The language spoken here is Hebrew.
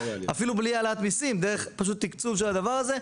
אפילו לא דרך העלאת מיסים אלא דרך תקצוב הדבר הזה,